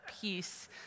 peace